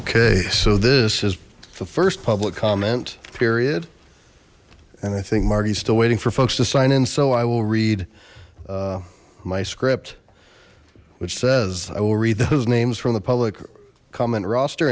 okay so this is the first public comment period and i think margie's still waiting for folks to sign in so i will read my script which says i will read those names from the public comment roster